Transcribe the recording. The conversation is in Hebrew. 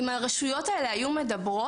אם הרשויות האלו היו מדברות,